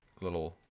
little